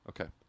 Okay